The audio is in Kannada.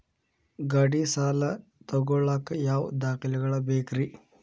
ಗಾಡಿ ಸಾಲ ತಗೋಳಾಕ ಯಾವ ದಾಖಲೆಗಳ ಬೇಕ್ರಿ?